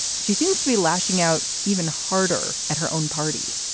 she seems to be lashing out even harder at her own party.